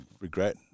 regret